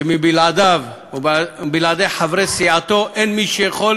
שבלעדיו ובלעדי חברי סיעתו אין מי שיכול